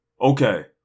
Okay